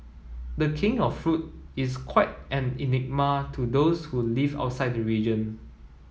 the King of Fruit is quite an enigma to those who live outside the region